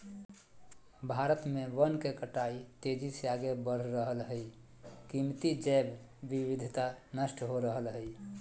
भारत में वन के कटाई तेजी से आगे बढ़ रहल हई, कीमती जैव विविधता नष्ट हो रहल हई